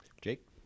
Jake